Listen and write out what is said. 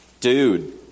Dude